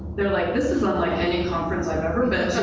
they're like, this is unlike any conference i've ever been